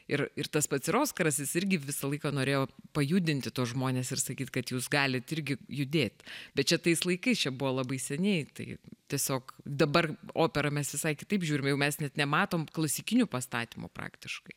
ir ir tas pats ir oskaras jis irgi visą laiką norėjo pajudinti tuos žmones ir sakyt kad jūs galit irgi judėt bet čia tais laikais čia buvo labai seniai tai tiesiog dabar operą mes visai kitaip žiūrim jau mes net nematom klasikinių pastatymų praktiškai